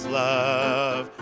love